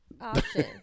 option